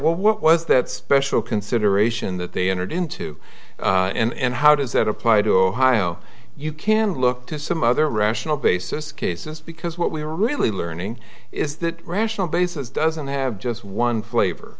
well what was that special consideration that they entered into and how does that apply to ohio you can look to some other rational basis cases because what we're really learning is that rational basis doesn't have just one flavor